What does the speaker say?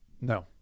No